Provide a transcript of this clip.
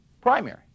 Primary